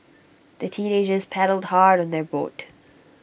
the teenagers paddled hard on their boat